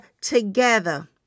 together